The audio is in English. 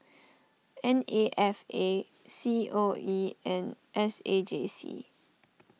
N A F A C O E and S A J C